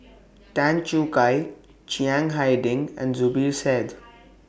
Tan Choo Kai Chiang Hai Ding and Zubir Said